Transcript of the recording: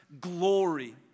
glory